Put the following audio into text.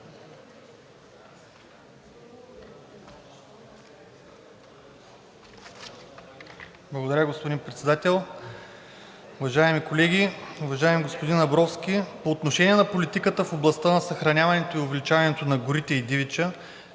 Благодаря, господин Председател. Уважаеми колеги, уважаеми господин Абровски, по отношение на политиката в областта на съхраняването и увеличаването на горите и дивеча